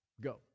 go